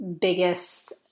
biggest